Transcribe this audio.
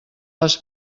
les